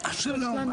שלום,